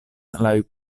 laŭ